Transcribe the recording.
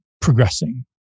progressing